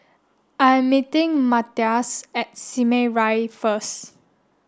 I am meeting Matthias at Simei Rise first